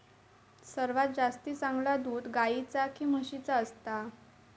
सर्वात जास्ती चांगला दूध गाईचा की म्हशीचा असता?